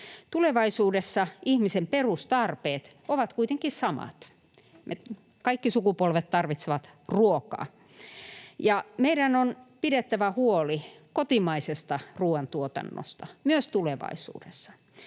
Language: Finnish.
Tulevaisuudessa ihmisen perustarpeet ovat kuitenkin samat. Kaikki sukupolvet tarvitsevat ruokaa, ja meidän on pidettävä huoli kotimaisesta ruoantuotannosta myös tulevaisuudessa.